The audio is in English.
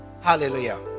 Hallelujah